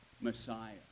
Messiah